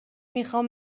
میخوام